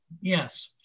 Yes